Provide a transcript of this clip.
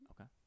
Okay